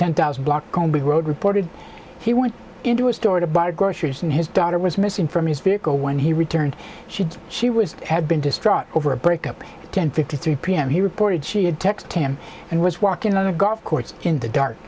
ten thousand block the road reported he went into a store to buy groceries and his daughter was missing from his vehicle when he returned she she was had been distraught over a breakup at ten fifty three pm he reported she had text him and was walking on a golf course in the dark